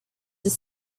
have